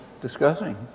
discussing